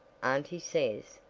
auntie says,